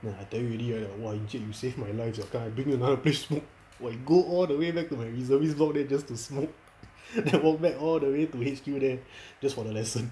there I tell you already right !wah! encik you save my life sia come I bring you another place smoke !wah! we go all the way back to my reservist lot there just to smoke then walk back all the way to H_Q there just for the lesson